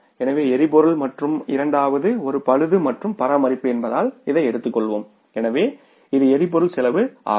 எனவே எரிபொருள் மற்றும் இரண்டாவது ஒரு பழுது மற்றும் பராமரிப்பு என்பதால் இதை எடுத்துக்கொள்வோம் எனவே இது எரிபொருள் செலவு ஆகும்